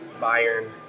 Bayern